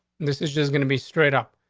this is just gonna be straight up.